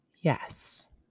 Yes